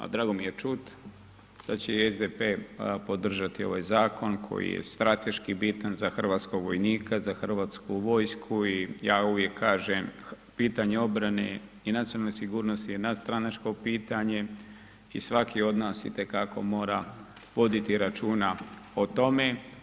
Drago mi je čut da će i SDP podržati ovaj zakon koji je strateški bitan za Hrvatskog vojnika za Hrvatsku vojsku i ja uvijek kažem pitanje obrane i nacionalne sigurnosti je nadstranačko pitanje i svaki od nas itekako mora voditi računa o tome.